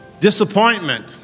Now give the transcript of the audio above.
disappointment